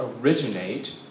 originate